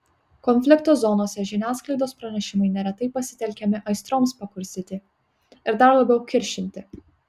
konflikto zonose žiniasklaidos pranešimai neretai pasitelkiami aistroms pakurstyti ir dar labiau kiršinti